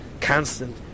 constant